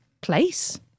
place